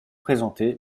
présenté